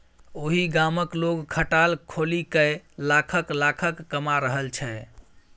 ओहि गामक लोग खटाल खोलिकए लाखक लाखक कमा रहल छै